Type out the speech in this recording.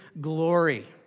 glory